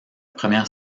première